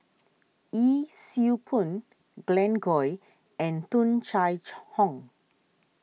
Yee Siew Pun Glen Goei and Tung Chye Hong